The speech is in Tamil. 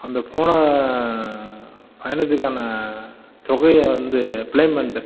அந்த போன பயணத்துக்கான தொகையை வந்து ப்ளேமெண்டு